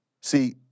See